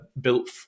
built